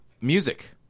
music